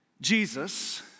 Jesus